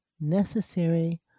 necessary